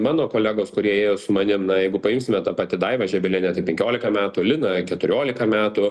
mano kolegos kurie ėjo su manim na jeigu paimsime ta pati daiva žebelienė tai penkiolika metų lina keturiolika metų